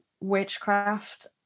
witchcraft